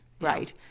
Right